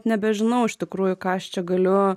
nebežinau iš tikrųjų ką aš čia galiu